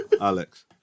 Alex